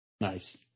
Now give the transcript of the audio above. Nice